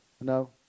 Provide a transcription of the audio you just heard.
No